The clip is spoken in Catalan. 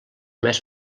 més